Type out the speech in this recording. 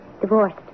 Divorced